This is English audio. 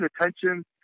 attention